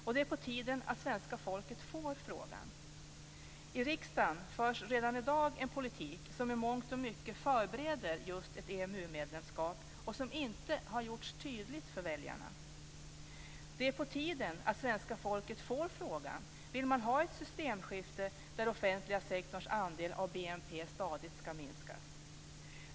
Det är på tiden att svenska folket får ta ställning till den frågan. I riksdagen förs redan i dag en politik som i mångt och mycket förbereder ett EMU-medlemskap men som inte har gjorts tydlig för väljarna. - Det är på tiden att svenska folket får ta ställning till frågan om man vill ha ett systemskifte där den offentliga sektorns andel av BNP stadigt ska minskas.